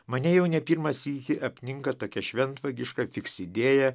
mane jau ne pirmą sykį apninka tokia šventvagiška fiks idėja